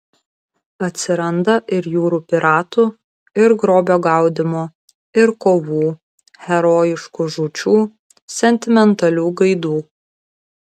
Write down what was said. atsiranda ir jūrų piratų ir grobio gaudymo ir kovų herojiškų žūčių sentimentalių gaidų